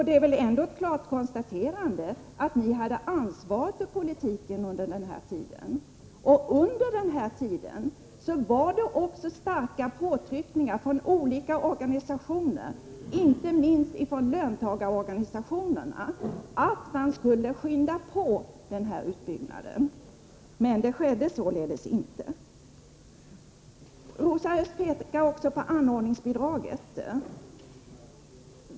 Det är väl ändå ett faktum att ni hade ansvaret för politiken under perioden i fråga, och under den tiden gjordes också starka påtryckningar från olika organisationer, inte minst från löntagarorganisationerna, om att man skulle skynda på utbyggnaden, men det skedde inte. Rosa Östh pekar också på anordningsbidraget.